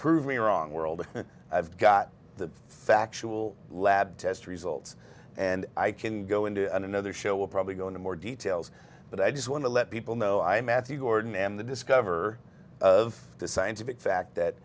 prove me wrong world i've got the factual lab test results and i can go into another show we'll probably go into more details but i just want to let people know i'm matthew gordon and the discover of the scientific fact that